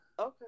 Okay